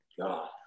God